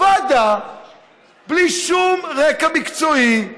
ועדה בלי שום רקע מקצועי,